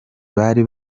bari